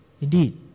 Indeed